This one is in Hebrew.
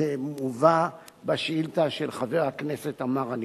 שמובא בשאילתא של חבר הכנסת עמאר הנכבד.